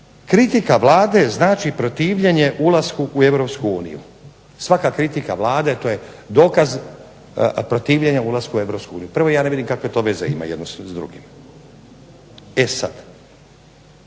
kritika Vlade znači protivljenje ulasku u Europsku uniju, svaka kritika Vlade to je dokaz protivljenja ulasku u Europsku uniju. Prvo, ja ne vidim kakve to veze ima jedno s drugim. E sad,